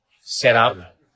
setup